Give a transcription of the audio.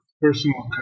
personal